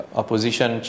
opposition